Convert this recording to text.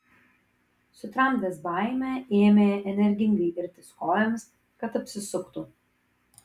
sutramdęs baimę ėmė energingai irtis kojomis kad apsisuktų